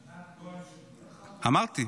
ענת כהן שמואל, אמרתי.